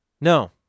No